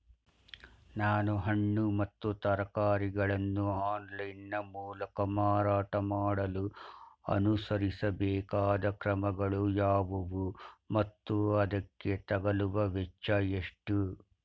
ನಾನು ಹಣ್ಣು ಮತ್ತು ತರಕಾರಿಗಳನ್ನು ಆನ್ಲೈನ ಮೂಲಕ ಮಾರಾಟ ಮಾಡಲು ಅನುಸರಿಸಬೇಕಾದ ಕ್ರಮಗಳು ಯಾವುವು ಮತ್ತು ಅದಕ್ಕೆ ತಗಲುವ ವೆಚ್ಚ ಎಷ್ಟು?